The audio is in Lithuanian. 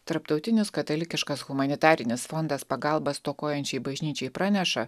tarptautinis katalikiškas humanitarinis fondas pagalba stokojančiai bažnyčiai praneša